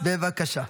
בבקשה.